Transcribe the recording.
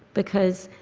because,